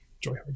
Joy